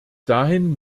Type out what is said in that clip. dahin